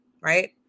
right